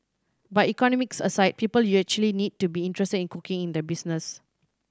but economics aside people actually need to be interested in cooking in the business